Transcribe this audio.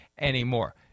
anymore